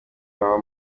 iwawa